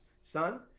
son